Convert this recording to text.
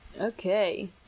Okay